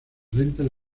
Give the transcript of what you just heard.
ventas